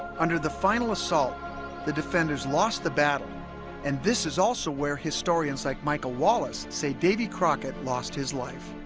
under the final assault the defenders lost the battle and this is also where historians like michael wallace say davy crockett lost his life